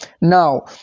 Now